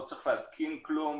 לא צריך להתקין כלום.